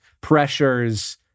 pressures